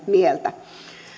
mieltä